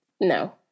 no